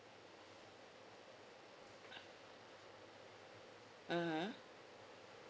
mmhmm